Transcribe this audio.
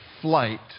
flight